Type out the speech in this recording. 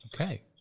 Okay